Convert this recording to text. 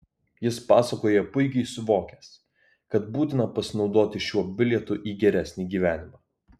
jis pasakoja puikiai suvokęs kad būtina pasinaudoti šiuo bilietu į geresnį gyvenimą